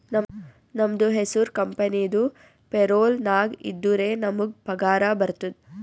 ನಮ್ದು ಹೆಸುರ್ ಕಂಪೆನಿದು ಪೇರೋಲ್ ನಾಗ್ ಇದ್ದುರೆ ನಮುಗ್ ಪಗಾರ ಬರ್ತುದ್